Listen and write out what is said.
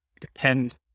depend